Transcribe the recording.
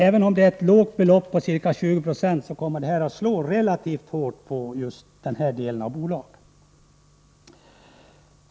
Även om det rör sig om ett lågt belopp på 20 Zo kommer detta att slå hårt på just dessa bolag.